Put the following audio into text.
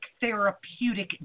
therapeutic